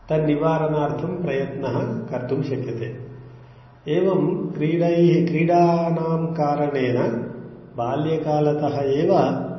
तन्निवारणार्थं प्रयत्नः कर्तुं शक्यते एवं क्रीडैः क्रीडानां कारणेन बाल्यकालतः एव